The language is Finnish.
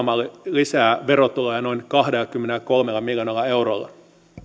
malli lisää verotuloja noin kahdellakymmenelläkolmella miljoonalla eurolla